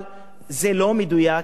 אבל זה לא מדויק,